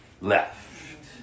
left